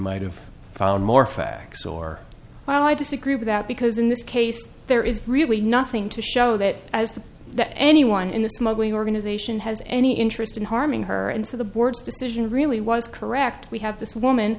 might have found more facts or well i disagree with that because in this case there is really nothing to show that as the that anyone in the smuggling organization has any interest in harming her and so the board's decision really was correct we have this woman